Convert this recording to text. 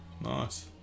Nice